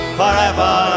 forever